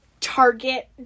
target